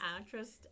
actress